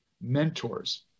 mentors